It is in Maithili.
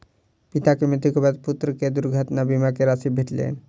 पिता के मृत्यु के बाद पुत्र के दुर्घटना बीमा के राशि भेटलैन